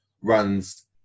runs